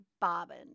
bobbin